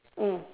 mm